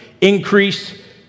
increase